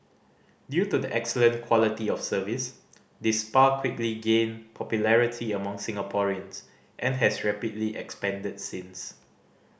due to the excellent quality of service this spa quickly gained popularity among Singaporeans and has rapidly expanded since